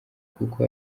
kuko